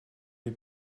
les